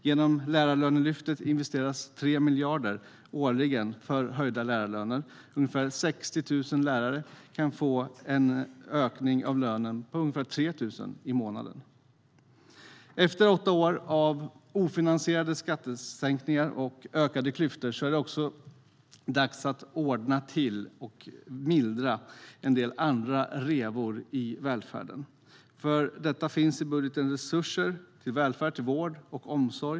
Genom Lärarlönelyftet investeras 3 miljarder kronor årligen för höjda lärarlöner. Ungefär 60 000 lärare kan därmed få en höjning av lönen med i genomsnitt 3 000 kronor i månaden. Efter åtta år av ofinansierade skattesänkningar och ökade klyftor är det dags att mildra en del andra revor i välfärden. För detta finns i budgeten resurser till välfärd, till vård och omsorg.